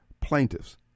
plaintiffs